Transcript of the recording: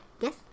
Yes